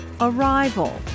Arrival